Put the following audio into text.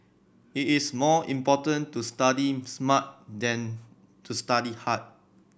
it is more important to study smart than to study hard